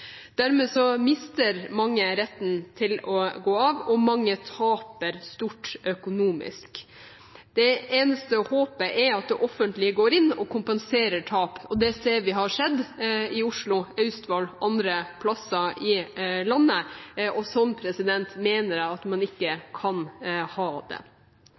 Dermed mister mange retten til å gå av, og mange taper stort økonomisk. Det eneste håpet er at det offentlige går inn og kompenserer tap. Det ser vi har skjedd i Oslo, Austevoll og andre plasser i landet. Sånn mener jeg at man ikke kan ha det. Ifølge Fagforbundet mister mange ansatte millionbeløp i framtidig pensjonsutbetaling når arbeidsplasser konkurranseutsettes. Det